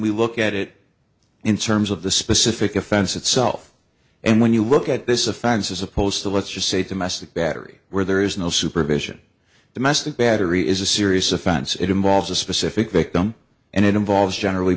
we look at it in terms of the specific offense itself and when you look at this offense as opposed to let's just say domestic battery where there is no supervision domestic battery is a serious offense it involves a specific victim and it involves generally